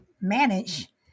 manage